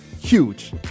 huge